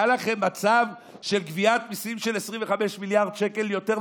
היה לכם מצב של גביית מיסים של 25 מיליארד שקל יותר,